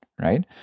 Right